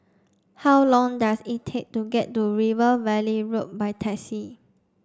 how long does it take to get to River Valley Road by taxi